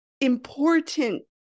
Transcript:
important